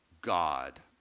God